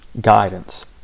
guidance